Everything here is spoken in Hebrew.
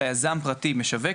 אלא יזם פרטי משווק.